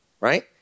right